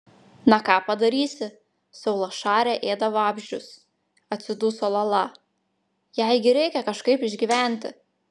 na ką padarysi saulašarė ėda vabzdžius atsiduso lala jai gi reikia kažkaip išgyventi